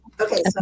Okay